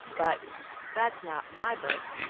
but that's not my book